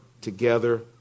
together